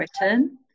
written